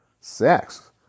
Sex